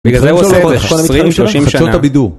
בגלל זה הוא עושה ב-20-30 שנה